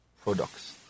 products